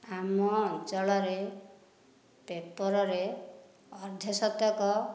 ଆମ ଅଞ୍ଚଳରେ ପେପରରେ ଅର୍ଦ୍ଧଶତକ